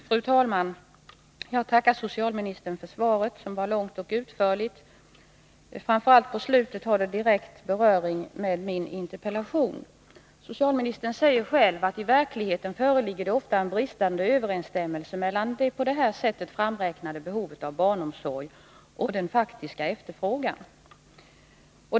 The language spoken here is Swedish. Fru talman! Jag tackar socialministern för svaret, som var långt och utförligt. Det hade framför allt på slutet direkt beröring med min interpellation. Socialministern sade: ”TI verkligheten föreligger det ofta en bristande överensstämmelse mellan det på detta sätt framräknade behovet av barnomsorg och den faktiska efterfrågan.